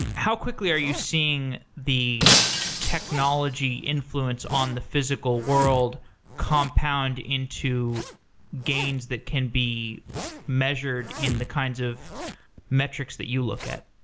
how quickly are you seeing the technology influence on the physical world compound into games that can be measured in the kinds of metrics that you look at?